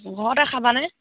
ঘৰতে খাবানে